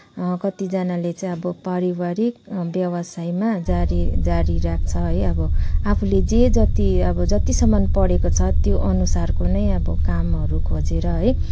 कतिजनाले चाहिँ अब पारिवारिक व्यवसायमा जारी जारी राख्छ है अब आफूले जे जति अब जतिसम्म पढेको छ त्यो अनुसारको नै अब कामहरू खोजेर है